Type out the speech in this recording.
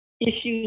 Issues